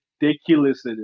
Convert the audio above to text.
ridiculous